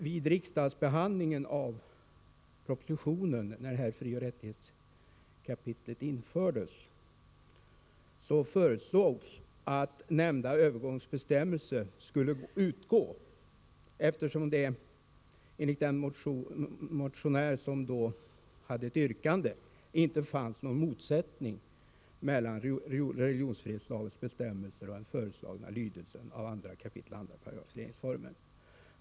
Vid riksdagsbehandlingen av propositionen när frioch rättighetskapitlet infördes förutsågs att nämnda övergångsbestämmelser skulle utgå, eftersom det enligt den motionär som då hade ett yrkande inte fanns någon motsättning mellan religionsfrihetslagens bestämmelse och den föreslagna lydelsen av 2 kap 2 § regeringsformen.